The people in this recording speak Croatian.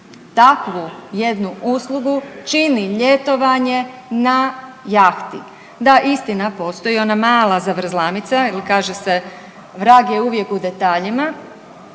Takvu jednu uslugu čini ljetovanje na jahti. Da istina, postoji ona mala zavrzlamica ili kaže se vrag je uvijek u detaljima,